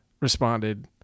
responded